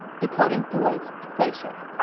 decoding thwaites glacier.